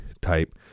type